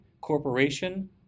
corporation